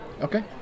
Okay